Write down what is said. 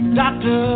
doctor